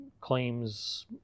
claims